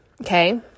Okay